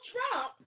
Trump